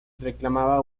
reclamaba